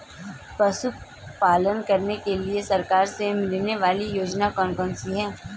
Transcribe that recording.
पशु पालन करने के लिए सरकार से मिलने वाली योजनाएँ कौन कौन सी हैं?